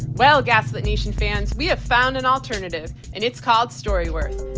well gaslit nation fans, we have found an alternative, and it's called story worth.